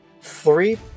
three